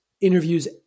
interviews